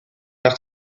nach